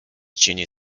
junior